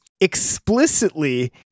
explicitly